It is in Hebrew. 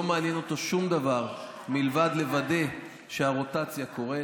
לא מעניין אותו שום דבר מלבד לוודא שהרוטציה קורית.